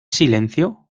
silencio